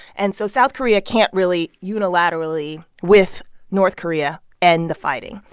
and so south korea can't really unilaterally, with north korea, end the fighting.